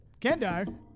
Kendar